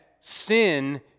sin